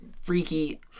freaky